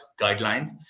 guidelines